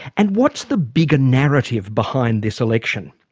and what's the bigger narrative behind this election?